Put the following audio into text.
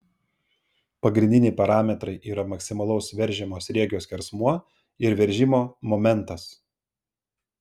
pagrindiniai parametrai yra maksimalaus veržiamo sriegio skersmuo ir veržimo momentas